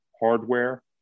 hardware